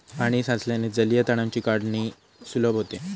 पाणी साचल्याने जलीय तणांची काढणी सुलभ होते